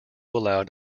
allowed